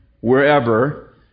wherever